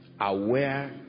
aware